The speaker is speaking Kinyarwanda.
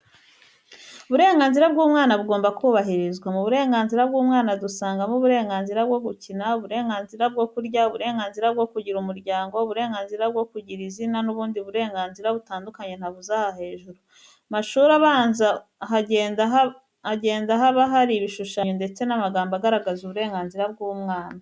Uburenganzira bw'umwana bugomba kubahirizwa. Mu burenganzira bw'umwana dusangamo, uburenganzira bwo gukina, uburenganzira bwo kurya, uburenganzira bwo kugira umuryango, uburenganzira bwo kugira izina n'ubundi burenganzira butandukanye ntavuze aha hejuru. Mu mashuri abanza hagenda haba hari ibishushanyo ndetse n'amagambo agaragaza uburenganzira bw'umwana.